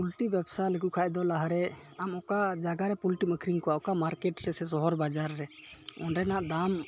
poultry ᱵᱮᱵᱽᱥᱟ ᱞᱮᱠᱚ ᱠᱷᱡᱟᱫᱚ ᱞᱟᱦᱟᱨᱮ ᱟᱢ ᱚᱠᱟ ᱡᱟᱭᱜᱟᱨᱮ ᱯᱩᱞᱴᱤᱢ ᱟᱹᱠᱷᱨᱤᱧ ᱠᱚᱣᱟ ᱚᱠᱟ ᱢᱟᱨᱠᱮᱴᱨᱮ ᱥᱮ ᱚᱠᱟ ᱥᱚᱦᱚᱨ ᱵᱟᱡᱟᱨ ᱨᱮ ᱚᱸᱰᱮᱱᱟᱜ ᱫᱟᱢ